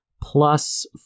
plus